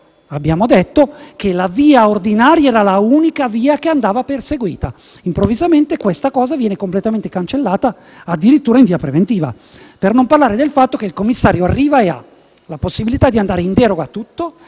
abbiamo detto che la via ordinaria era l'unica che andava perseguita. Improvvisamente questa condizione viene completamente cancellata e addirittura la si ammette in via preventiva. Per non parlare del fatto che il commissario arriva e ha la possibilità di andare in deroga a tutto